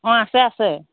অঁ আছে আছে